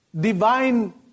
divine